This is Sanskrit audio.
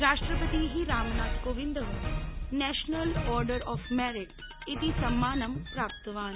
राष्ट्रपतिः रामनाथकोविंदः नेशनल ऑर्डर ऑफ मेरिट इति सम्मानं प्राप्तवान्